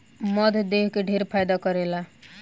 मध देह के ढेर फायदा करेला